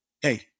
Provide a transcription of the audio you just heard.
hey